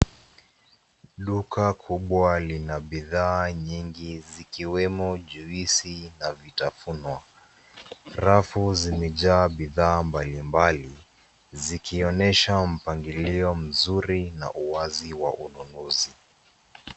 Duka kubwa lina bidhaa nyingi zikiwemo juice na vitafunwa. Rafu zimejaa bidhaa mbali mbali zikionyesha mpangilio mzuri na uwazi wa ununuzi.